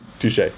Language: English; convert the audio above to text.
Touche